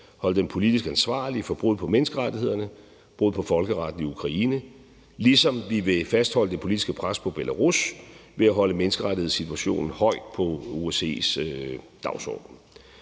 holde dem politisk ansvarlige for brud på menneskerettighederne, brud på folkeretten i Ukraine, ligesom vi vil fastholde det politiske pres på Belarus ved at holde menneskerettighedssituationen højt på OSCE's dagsorden.